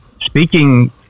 speaking